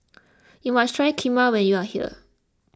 you must try Kheema when you are here